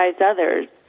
others